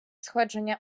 сходження